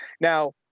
Now